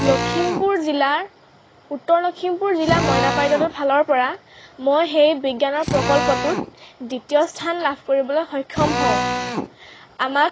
লখিমপুৰ জিলাৰ উত্তৰ লখিমপুৰ জিলাৰ মইনা পাৰিজাতৰ ফালৰ পৰা মই সেই বিজ্ঞানৰ প্ৰকল্পটোত দ্বিতীয় স্থান লাভ কৰিবলৈ সক্ষম হওঁ আমাক